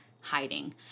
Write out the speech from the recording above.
hiding